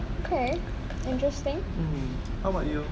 okay interesting